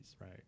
right